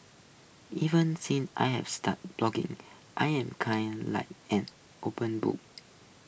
even since I've started blogging I'm kinda like an open book